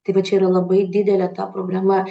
tai va čia yra labai didelė ta problema